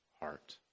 heart